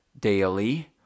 daily